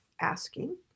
asking